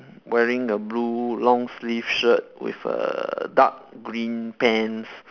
wearing a blue long sleeve shirt with a dark green pants